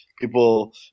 People